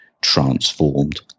transformed